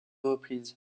reprises